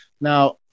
Now